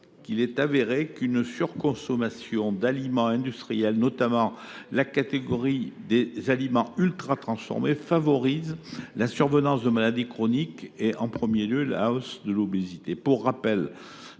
qu’il est avéré qu’une surconsommation d’aliments industriels, notamment de la catégorie des aliments « ultratransformés », favorise la survenance des maladies chroniques et, en premier lieu, une hausse de la